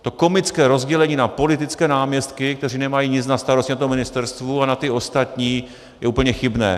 To komické rozdělení na politické náměstky, kteří nemají nic na starosti na tom ministerstvu, a na ty ostatní, je úplně chybné.